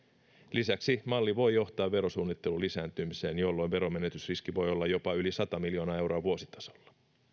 lisäksi malli voi johtaa verosuunnittelun lisääntymiseen jolloin veromenetysriski voi olla jopa yli sata miljoonaa euroa vuositasolla